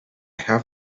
have